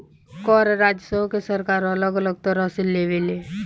कर राजस्व के सरकार अलग अलग तरह से लेवे ले